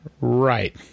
Right